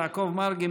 יעקב מרגי,